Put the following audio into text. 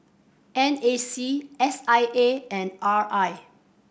N A C S I A and R I